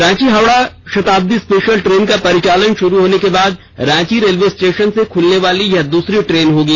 Ranchi Howrah Shatabdi special train का परिचालन शुरू होने के बाद रांची रेलवे स्टेशन से खुलने वाली यह दूसरी ट्रेन होगी